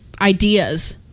ideas